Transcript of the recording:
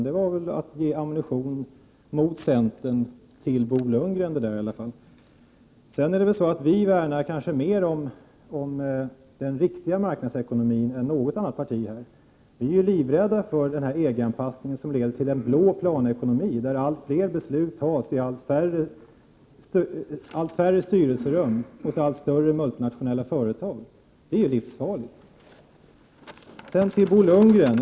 Så det var väl att ge ammunition till Bo Lundgren att använda mot centern. Vi värnar kanske mer om den riktiga marknadsekonomin än något annat parti här. Vi är ju livrädda för EG-anpassningen som leder till en blå planekonomi, där allt fler beslut fattas i allt färre styrelserum hos allt större multinationella företag. Det är livsfarligt. Sedan till Bo Lundgren.